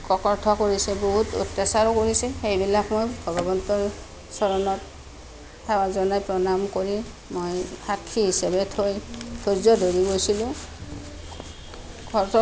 ককৰ্থনা কৰিছে বহুত অত্যাচাৰো কৰিছে সেইবিলাক মই ভগৱন্তৰ চৰণত সেৱা জনাই প্ৰণাম কৰি মই সাক্ষী হিচাপে থৈ ধৈৰ্য ধৰি গৈছিলোঁ